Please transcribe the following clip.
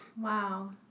Wow